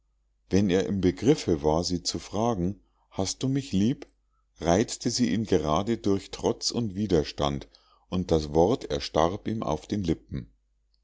wenn er im begriffe war sie zu fragen hast du mich lieb reizte sie ihn gerade durch trotz und widerstand und das wort erstarb ihm auf den lippen